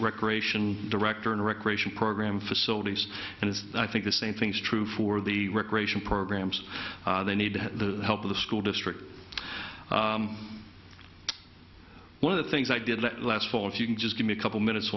recreation director and recreation program facilities and i think the same thing is true for the recreation programs they need the help of the school district one of the things i did that last fall if you can just give me a couple minutes